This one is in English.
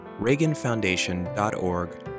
reaganfoundation.org